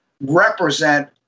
represent